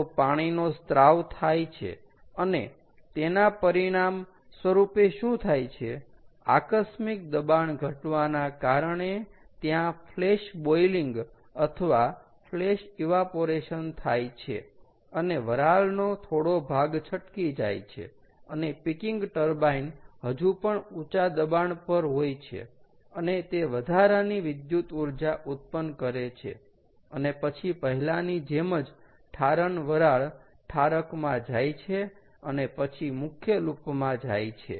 તો પાણીનો સ્ત્રાવ થાય છે અને તેના પરિણામ સ્વરૂપે શું થાય છે આકસ્મિક દબાણ ઘટવાના કારણે ત્યાં ફ્લેશ બોઇલિંગ અથવા ફ્લેશ ઈવાપોરેશન થાય છે અને વરાળનો થોડો ભાગ છટકી જાય છે અને પીકિંગ ટર્બાઇન હજુ પણ ઊંચા દબાણ પર હોય છે અને તે વધારાની વિધુત ઊર્જા ઉત્પન્ન કરે છે અને પછી પહેલાંની જેમ જ ઠારણ વરાળ ઠારકમાં જાય છે અને પછી મુખ્ય લૂપમાં જાય છે